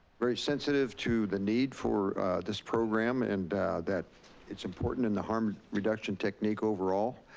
very sensitive to the need for this program, and that it's important in the harm reduction technique overall.